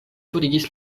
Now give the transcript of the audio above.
forigis